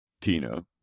Tina